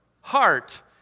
Heart